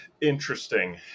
interesting